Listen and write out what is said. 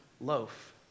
loaf